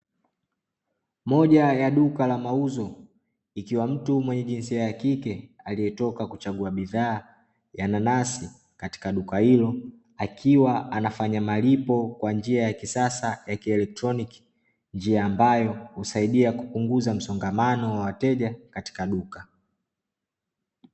Moja ya duka la mauzo, ikiwa mtu mwenye jinsia ya kike aliyetoka kuchagua bidhaa ya nanasi katika duka hilo akiwa anafanya malipo kwa njia ya kisasa ya kielektroniki, njia ambayo husaidia kupunguza msongamano wa wateja katika duka.